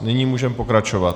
Nyní můžeme pokračovat.